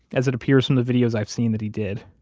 as it appears from the videos i've seen that he did,